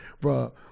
Bro